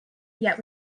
yet